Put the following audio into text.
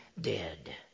dead